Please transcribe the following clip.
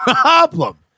problem